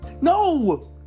no